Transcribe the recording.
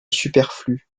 superflu